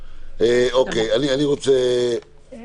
אני לא יודע מה לסכם,